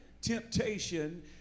temptation